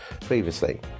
previously